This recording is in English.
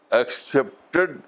accepted